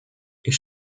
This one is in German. ich